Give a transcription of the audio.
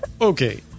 Okay